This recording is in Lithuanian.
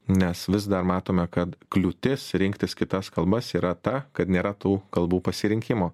nes vis dar matome kad kliūtis rinktis kitas kalbas yra ta kad nėra tų kalbų pasirinkimo